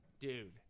dude